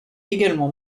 également